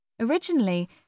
Originally